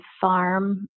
farm